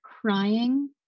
crying